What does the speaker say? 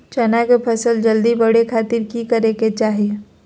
चना की फसल जल्दी बड़े खातिर की करे के चाही?